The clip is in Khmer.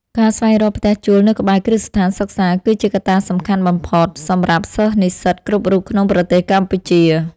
ការស្វែងរកផ្ទះជួលនៅក្បែរគ្រឹះស្ថានសិក្សា គឺជាកត្តាសំខាន់បំផុតសម្រាប់សិស្សនិស្សិតគ្រប់រូបក្នុងប្រទេសកម្ពុជា។